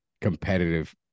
competitive